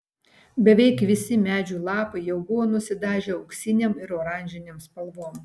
beveik visi medžių lapai jau buvo nusidažę auksinėm ir oranžinėm spalvom